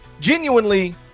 genuinely